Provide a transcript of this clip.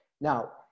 now